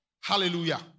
Hallelujah